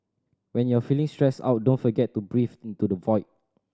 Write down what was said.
when you are feeling stressed out don't forget to breathe into the void